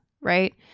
right